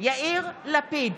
יאיר לפיד,